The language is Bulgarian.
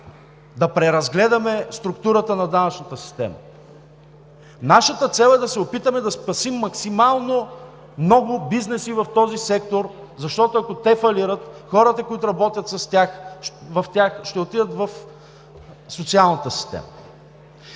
да преразгледаме структурата на данъчната система. Нашата цел е да се опитаме да спасим максимално много бизнеси в този сектор, защото, ако те фалират, хората, които работят в тях, ще отидат в социалната система.